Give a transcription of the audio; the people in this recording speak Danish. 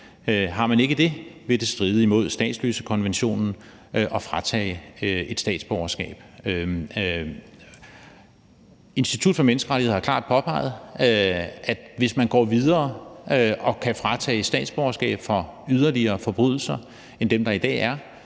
Har man ikke det, vil det stride mod statsløsekonventionen at fratage et statsborgerskab. Institut for Menneskerettigheder har klart påpeget, at det, hvis man går videre og man kan fratage et statsborgerskab for yderligere forbrydelser end dem, der er i dag,